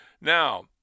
Now